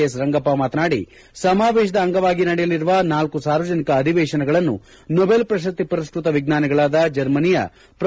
S Rangappa ಮಾತನಾಡಿ ಸಮಾವೇಶದ ಅಂಗವಾಗಿ ನಡೆಯಲಿರುವ ನಾಲ್ಕು ಸಾರ್ವಜನಿಕ ಅಧಿವೇಶನಗಳನ್ನು ನೋಬೆಲ್ ಪ್ರಶಸ್ತಿ ಪುರಸ್ತತ ವಿಜ್ಞಾನಿಗಳಾದ ಜರ್ಮನಿಯ ಪ್ರೊ